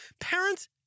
Parents